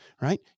right